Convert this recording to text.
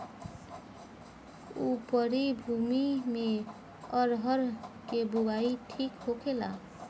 उपरी भूमी में अरहर के बुआई ठीक होखेला?